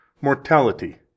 mortality